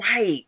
Right